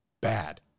bad